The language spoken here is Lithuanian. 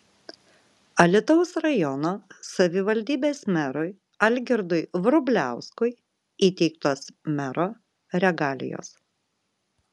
alytaus rajono savivaldybės merui algirdui vrubliauskui įteiktos mero regalijos